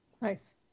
Nice